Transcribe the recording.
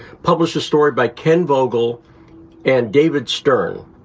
published a story by ken vogel and david stern,